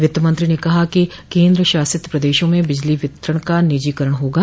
वित्तमंत्री ने कहा कि केन्द्रशासित प्रदेशों में बिजली वितरण का निजीकरण होगा